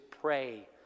pray